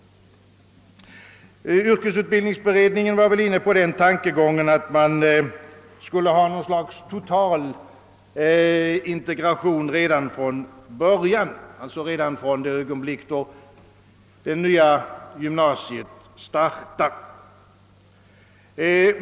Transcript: Yrkesutbildningsberedningen var inne på tankegången, att något slags total integration skulle införas redan från början — alltså från det ögonblick då det nya gymnasiet startar.